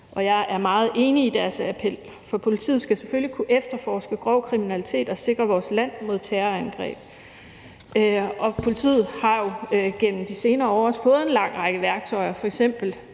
Og jeg er meget enig i deres appel, for politiet skal selvfølgelig kunne efterforske grov kriminalitet og sikre vores land mod terrorangreb. Politiet har jo gennem de senere år fået en lang række værktøjer, f.eks.